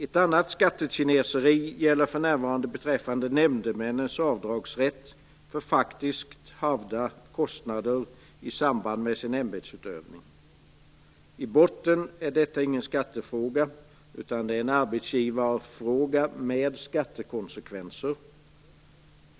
Ett annat skattekineseri gäller beträffande nämndemännens avdragsrätt för faktiskt havda kostnader i samband med sin ämbetsutövning. I botten är detta ingen skattefråga utan en arbetsgivarfråga med skattekonsekvenser.